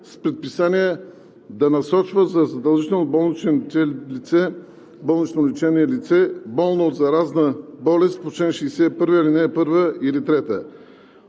с предписание да насочва за задължително болнично лечение лице, болно от заразна болест по чл. 61, ал. 1 или ал.